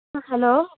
അ hello